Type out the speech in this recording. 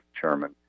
chairman